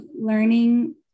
learning